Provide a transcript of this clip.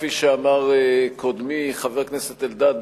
כפי שאמר קודמי חבר הכנסת אלדד,